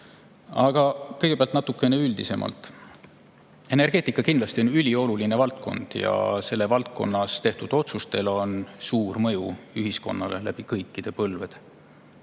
aga kõigepealt natukene üldisemalt. Energeetika on kindlasti ülioluline valdkond ja selles valdkonnas tehtud otsustel on suur mõju ühiskonnale läbi kõikide põlvede.